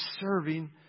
serving